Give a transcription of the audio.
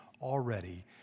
already